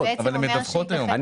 אני